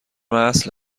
اصل